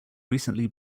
recently